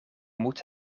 moet